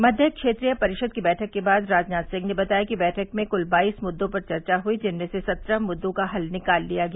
मध्य क्षेत्रीय परिषद की बैठक के बाद राजनाथ सिंह ने बताया कि बैठक में कुल बाईस मुददों पर चर्चा हई जिनमें से सत्रह मुद्दों का हल निकाल लिया गया